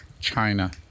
China